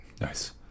Nice